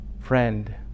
friend